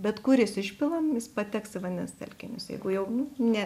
bet kuris išpilam jis pateks į vandens telkinius jeigu jau ne